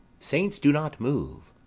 saints do not move,